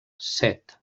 set